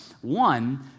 One